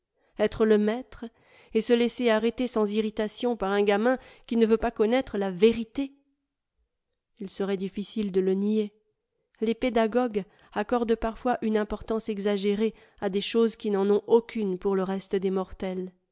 etre le maître et se laisser arrêter sans irritation par un gamin qui ne veut pas connaître la vérité il serait difficile de le nier les pédagogues accordent parfois une importance exagérée à des choses qui n'en ont aucune pour le reste des mortels